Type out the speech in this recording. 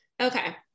Okay